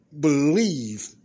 Believe